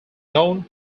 known